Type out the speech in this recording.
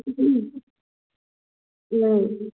ꯎꯝ